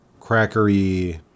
crackery